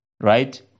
right